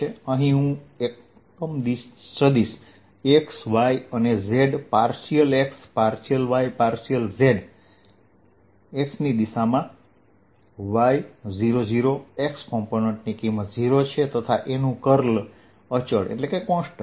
અહીં હું એકમ સદિશ xy અને z partial x partial y partial z x ની દિશા y 0 0 x કોમ્પોનન્ટ ની કિંમત 0 છે તથા A નું curl અચળ છે